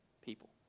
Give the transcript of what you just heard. people